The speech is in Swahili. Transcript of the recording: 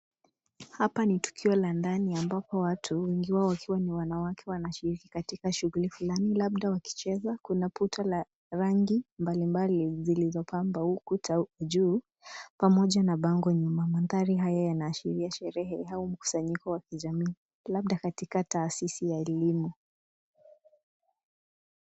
Hapa ni tukio la ndani ambapo watu, wengi wao wakiwa wanawake wanashiriki katika shughuli fulani labda wakicheza. Kuna puto la rangi mbalimbali zilizopamba ukuta wa juu pamoja na bango nyuma. Mandhari haya yanaashiria sherehe au mkusanyiko wa kijamii labda katika taasisi ya elimu.